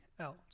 else